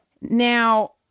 Now